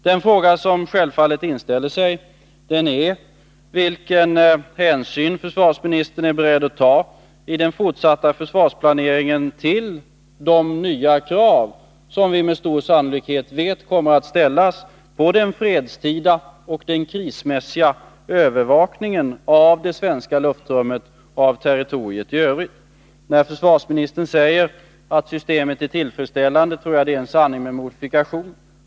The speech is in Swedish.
Den fråga som självfallet inställer sig är vilken hänsyn försvarsministern är beredd att ta i den fortsatta försvarsplaneringen till de nya krav som vi med stor sannolikhet vet kommer att ställas på den fredstida och den krismässiga övervakningen av det svenska luftrummet och av territoriet i övrigt. När försvarsministern säger att systemet är tillfredsställande, tror jag att det är en sanning med modifikation.